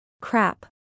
Crap